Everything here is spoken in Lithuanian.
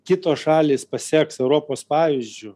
kitos šalys paseks europos pavyzdžiu